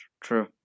True